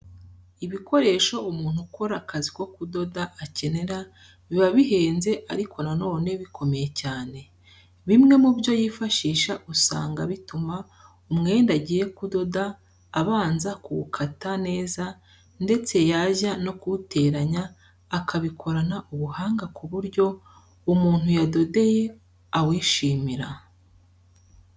Ibikoresho umuntu ukora akazi ko kudoda akenera biba bihenze ariko na none bikomeye cyane. Bimwe mu byo yifashisha usanga bituma umwenda agiye kudoda abanza kuwukata neza ndetse yajya no kuwuteranya akabikorana ubuhanga ku buryo umuntu yadodeye awishimira.